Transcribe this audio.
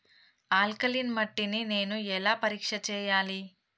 Alkaline మట్టి ని నేను ఎలా పరీక్ష చేయాలి?